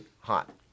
hot